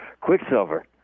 Quicksilver